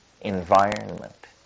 environment